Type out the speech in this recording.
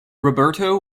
roberto